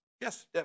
Yes